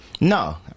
No